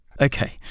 Okay